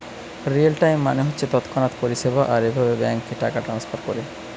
real time মানে হচ্ছে তৎক্ষণাৎ পরিষেবা আর এভাবে ব্যাংকে টাকা ট্রাস্নফার কোরে